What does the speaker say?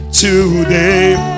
today